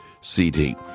CD